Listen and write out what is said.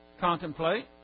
contemplate